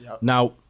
Now